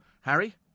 Harry